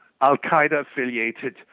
al-Qaeda-affiliated